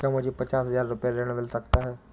क्या मुझे पचास हजार रूपए ऋण मिल सकता है?